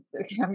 Okay